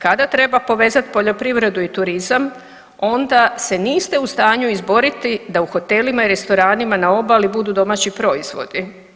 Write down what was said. Kada treba povezati poljoprivredu i turizam, onda se niste u stanju izboriti da u hotelima i restoranima na obali budu domaći proizvodi.